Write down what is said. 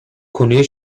konuya